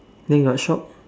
then got shop